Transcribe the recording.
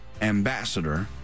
ambassador